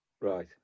Right